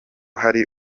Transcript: ari